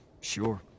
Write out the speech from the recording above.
Sure